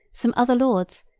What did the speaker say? some other lords,